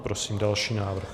Prosím další návrh.